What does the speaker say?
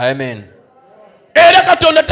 Amen